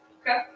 Okay